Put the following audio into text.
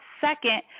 second